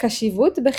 קשיבות בחינוך